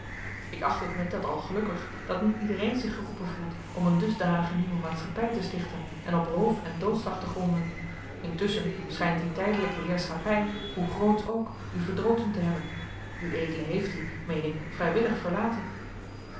ik acht het met dat al gelukkig dat niet iedereen zich geroepen voelt om een dusdanige nieuwe maatschappij te stichten en op roof en doodslag te gronden intusschen schijnt die tijdelijke heerschappij hoe grootsch ook u verdroten te hebben ued heeft die meen ik vrijwillig verlaten